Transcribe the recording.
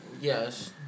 Yes